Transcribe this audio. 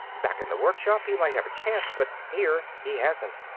back in the workshop, he might have a chance, but here he hasn't.